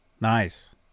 Nice